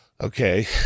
Okay